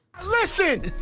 Listen